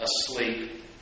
asleep